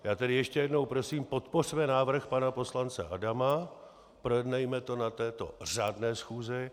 Já tedy ještě jednou prosím, podpořme návrh pana poslance Adama, projednejme to na této řádné schůzi.